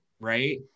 right